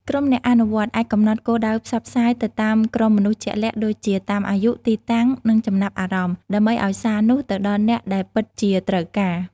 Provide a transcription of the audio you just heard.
ក្រុមអ្នកអនុវត្តអាចកំណត់គោលដៅផ្សព្វផ្សាយទៅតាមក្រុមមនុស្សជាក់លាក់ដូចជាតាមអាយុ ទីតាំង និងចំណាប់អារម្មណ៍ ដើម្បីឲ្យសារនោះទៅដល់អ្នកដែលពិតជាត្រូវការ។